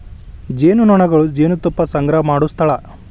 ಜೇನುನೊಣಗಳು ಜೇನುತುಪ್ಪಾ ಸಂಗ್ರಹಾ ಮಾಡು ಸ್ಥಳಾ